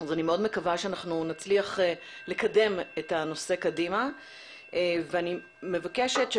אני מאוד מקווה שאנחנו נצליח לקדם את הנושא קדימה ואני מבקשת,